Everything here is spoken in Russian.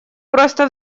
просто